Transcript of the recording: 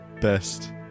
best